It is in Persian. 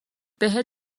بهت